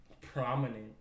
prominent